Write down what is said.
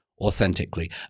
authentically